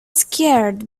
scared